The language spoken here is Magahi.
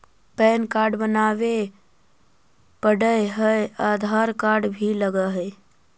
पैन कार्ड बनावे पडय है आधार कार्ड भी लगहै?